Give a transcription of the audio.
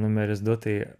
numeris du tai